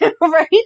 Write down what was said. right